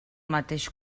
mateix